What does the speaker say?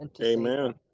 Amen